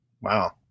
wow